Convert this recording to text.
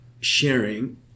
sharing